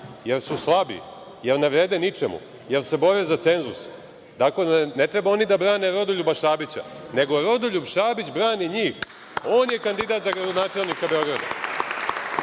jer su slabi, jer ne vrede ničemu, jer se bore za cenzus. Tako da, ne treba oni da brane Rodoljuba Šabića, nego Rodoljub Šabić brani njih. On je kandidat za gradonačelnika Beograda.